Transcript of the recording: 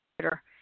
Twitter